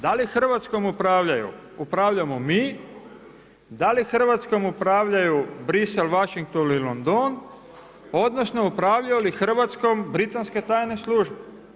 Da li Hrvatskom upravljamo mi, da li Hrvatskom upravljaju Bruxelles, Washington ili London, odnosno upravljaju li Hrvatskom britanske tajne službe?